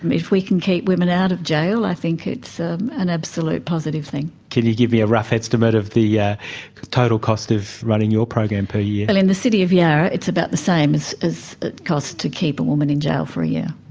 if we can keep women out of jail, i think it's an absolute positive thing. can you give me a rough estimate of the yeah total cost of running your program per year? well, in the city of yarra it's about the same as as it costs to keep a woman in jail for a year.